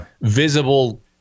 visible